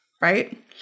right